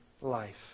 life